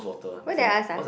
what did I ask ah